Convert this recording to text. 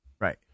Right